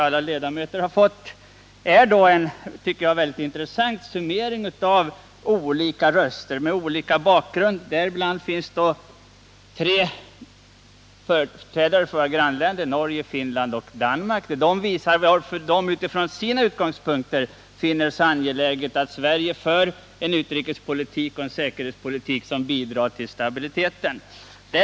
Alla ledamöter i riksdagen har också fått den —och den är en mycket intressant summeringav röster med olika bakgrunder. Däribland finns tre företrädare för våra grannländer Norge, Finland och Danmark. De visar varför de utifrån sina utgångspunkter finner det så angeläget att Sverige för en utrikespolitik och en säkerhetspolitik som bidrar till stabiliteten i Norden.